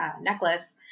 necklace